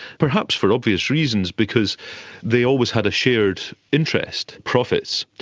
perhaps for obvious reasons because they always had a shared interest profits.